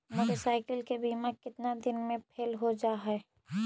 Motorcycle के बिमा केतना दिन मे फेल हो जा है?